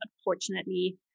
unfortunately